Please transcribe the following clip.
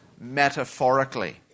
metaphorically